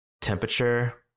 temperature